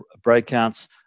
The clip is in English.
breakouts